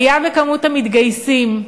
עלייה במספר המתגייסים.